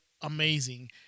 amazing